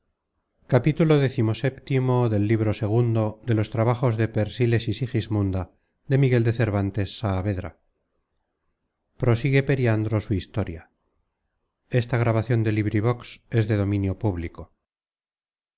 libro de prosigue periandro su historia